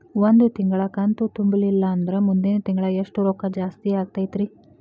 ಒಂದು ತಿಂಗಳಾ ಕಂತು ತುಂಬಲಿಲ್ಲಂದ್ರ ಮುಂದಿನ ತಿಂಗಳಾ ಎಷ್ಟ ರೊಕ್ಕ ಜಾಸ್ತಿ ಆಗತೈತ್ರಿ?